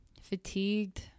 fatigued